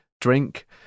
drink